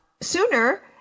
sooner